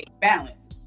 balance